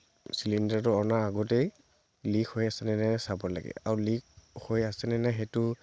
চিলিণ্ডাৰটো অনাৰ আগতেই লিক হৈ আছেনে নাই চাব লাগে আৰু লিক হৈ আছেনে নাই সেইটো